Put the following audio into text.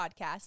podcast